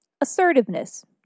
assertiveness